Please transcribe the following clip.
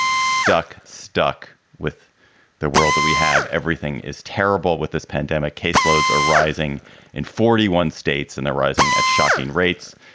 stuck, stuck with the world that we have. everything is terrible with this pandemic. case loads are rising in forty one states and they're rising at shocking rates.